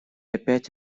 опять